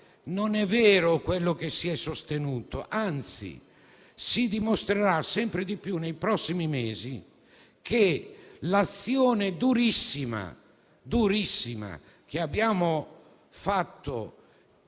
non è vero quanto si è sostenuto, anzi, si dimostrerà sempre di più, nei prossimi mesi, che l'azione durissima che abbiamo portato